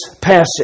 passage